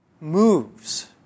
moves